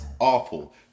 awful